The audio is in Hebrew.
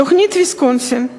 תוכנית ויסקונסין,